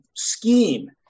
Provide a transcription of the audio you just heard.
Scheme